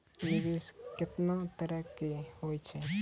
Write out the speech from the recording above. निवेश केतना तरह के होय छै?